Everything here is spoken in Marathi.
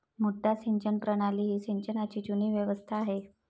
मुड्डा सिंचन प्रणाली ही सिंचनाची जुनी व्यवस्था आहे